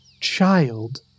child